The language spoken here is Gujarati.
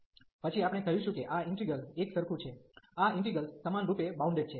પછી આપણે કહીશું કે આ ઈન્ટિગ્રલ એકસરખું છે આ ઇન્ટિગ્રલ્સ સમાનરૂપે બાઉન્ડેડ છે